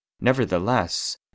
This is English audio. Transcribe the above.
Nevertheless